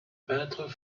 peintres